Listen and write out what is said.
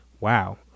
wow